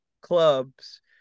clubs